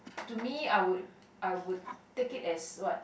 to me I would I would take it as what